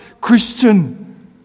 Christian